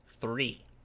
Three